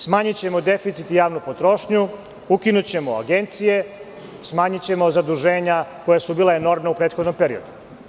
Smanjićemo deficit i javnu potrošnju, ukinućemo agencije, smanjićemo zaduženja koja su bila enormna u prethodnom periodu.